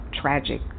tragic